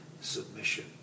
submission